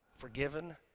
forgiven